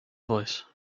voice